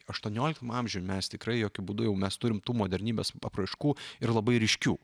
aštuonioliktam amžiuj mes tikrai jokiu būdu jau mes turim tų modernybės apraiškų ir labai ryškių